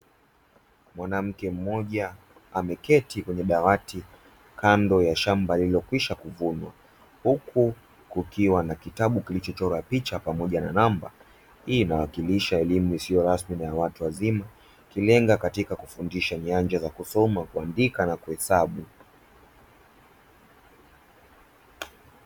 Mwanamke mmoja ameketi kwenye dawati kando ya shamba lililokwisha kuvunwa huku kukiwa na kitabu kilichochora picha pamoja na namba. Hii inawakilisha elimu isiyo rasmi na watu wazima, ikilenga katika kufundisha nyanja za kusoma, kuandika na kuhesabu.